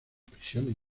prisiones